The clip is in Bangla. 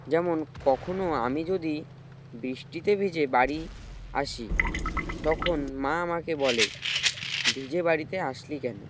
যেমন কখনো আমি যদি বৃষ্টিতে ভিজে বাড়ি আসি তখন মা আমাকে বলে ভিজে বাড়িতে আসলি কেন